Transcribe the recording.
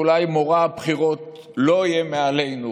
אולי מורא הבחירות לא יהיה עלינו,